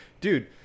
Dude